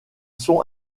sont